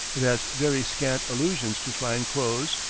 it has very scant allusion to fine clothes,